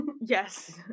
Yes